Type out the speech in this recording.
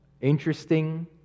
interesting